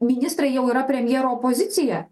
ministrai jau yra premjero opozicija